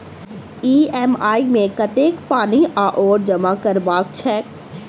EMI मे कतेक पानि आओर जमा करबाक छैक?